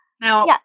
now